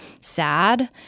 sad